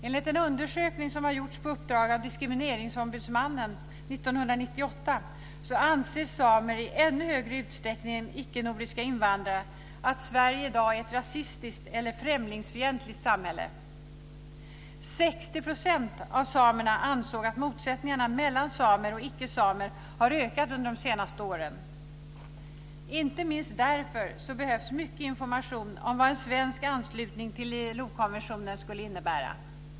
Enligt en undersökning som har gjorts på uppdrag av diskrimineringsombudsmannen 1998 anser samer i ännu högre utsträckning än icke nordiska invandrare att Sverige i dag är ett rasistiskt eller främlingsfientligt samhälle. 60 % av samerna ansåg att motsättningarna mellan samer och icke samer har ökat under de senaste åren. Inte minst därför behövs mycket information om vad en svensk anslutning till ILO-konventionen skulle innebära.